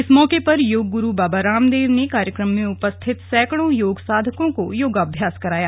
इस मौके पर योगगुरू बाबा रामदेव ने कार्यक्रम में उपस्थित सैकड़ों योग साधकों को योगाभ्यास कराया